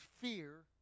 fear